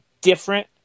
different